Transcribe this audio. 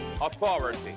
authority